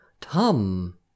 tum